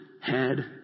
head